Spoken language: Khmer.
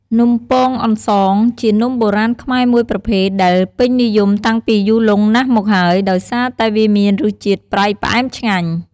នំពងអន្សងជានំបុរាណខ្មែរមួយប្រភេទដែលពេញនិយមតាំងពីយូរលង់ណាស់មកហើយ ដោយសារតែវាមានរសជាតិប្រៃផ្អែមឆ្ងាញ់ ។